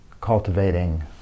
cultivating